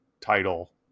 title